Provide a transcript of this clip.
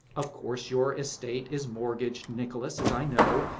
of course your estate is mortgaged, nicholas, as i know,